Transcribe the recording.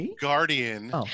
guardian